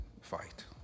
fight